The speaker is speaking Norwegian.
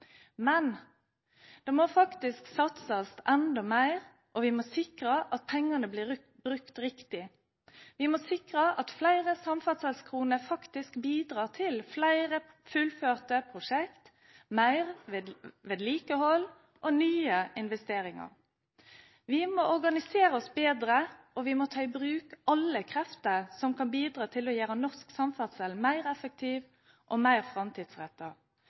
Men det må faktisk satses enda mer, og vi må sikre at pengene blir brukt riktig. Vi må sikre at flere samferdselskroner faktisk bidrar til flere fullførte prosjekter, mer vedlikehold og nye investeringer. Vi må organisere oss bedre, og vi må ta i bruk alle krefter som kan bidra til å gjøre norsk samferdsel mer effektiv og mer